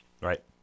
Right